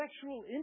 sexual